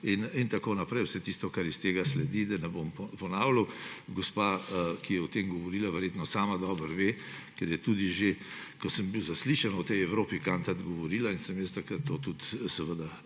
in tako naprej, vse tisto, kar iz tega sledi, da ne bom ponavljal. Gospa, ki je o tem govorila, verjetno sama dobro ve, ker je, že ko sem bil zaslišan, o tej Europi Cantat govorila in sem jaz takrat to podprl